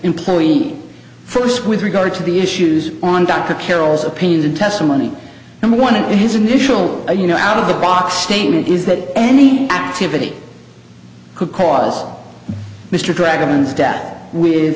employee first with regard to the issues on dr carroll's opinions and testimony and one of his initial you know out of the box statement is that any activity could cause mr dragons debt with